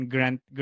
Grant